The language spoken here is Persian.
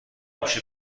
میشه